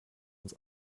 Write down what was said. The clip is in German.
ins